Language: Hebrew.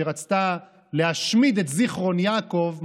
שרצתה להשמיד את זיכרון יעקב,